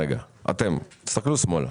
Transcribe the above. חבר'ה, אני רוצה שתסתכלו שמאלה.